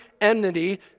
enmity